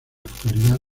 actualidad